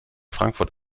frankfurt